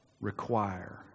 require